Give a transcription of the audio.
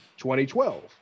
2012